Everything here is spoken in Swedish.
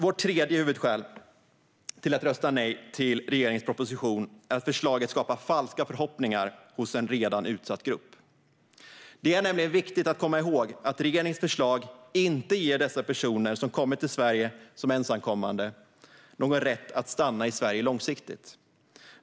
Vårt tredje huvudskäl till att rösta nej till regeringens proposition är att förslaget skapar falska förhoppningar hos en redan utsatt grupp. Det är nämligen viktigt att komma ihåg att regeringens förslag inte ger dessa personer, som kommit till Sverige som ensamkommande, någon rätt att stanna i Sverige långsiktigt.